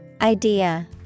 Idea